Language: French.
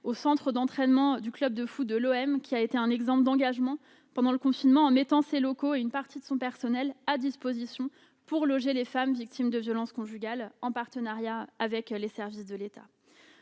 au centre d'entraînement du club de football de l'OM, qui a été un exemple d'engagement pendant le confinement puisqu'il a mis ses locaux et une partie de son personnel à disposition pour loger les femmes victimes de violences conjugales, en partenariat avec les services de l'État.